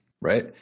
right